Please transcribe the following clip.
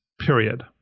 Period